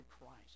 Christ